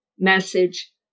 Message